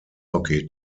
hockey